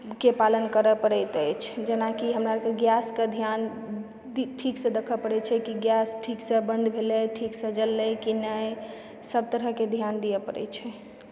के पालन करय पड़ैत अछि जेनाकि हमरा अरकऽ गैसके ध्यान ठीकसँ देखय पड़ैतछै कि गैस ठीकसँ बंद भेलय ठीकसँ जललै की नहि सभ तरहके ध्यान दिअ पड़ैत छै